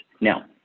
Now